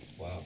Wow